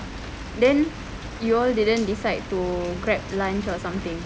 then you all didn't decide to grab lunch or something